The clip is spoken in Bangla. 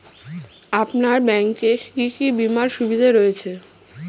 আপনার ব্যাংকে কি কি বিমার সুবিধা রয়েছে?